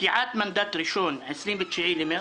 פקיעת מנדט ראשון - 29 למרס,